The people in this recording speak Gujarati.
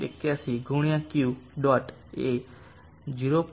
81 ગુણ્યા Q ડોટ એ 0